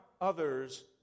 others